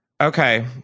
Okay